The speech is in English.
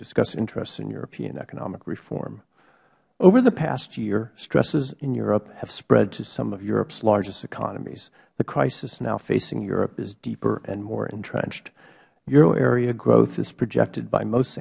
discuss interests in european economic reform over the past year stresses in europe have spread to some of europe's largest economies the crisis now facing europe is deeper and more entrenched euro area growth is projected by most